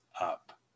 up